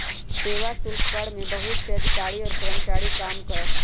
सेवा शुल्क कर में बहुत से अधिकारी और कर्मचारी काम करा हई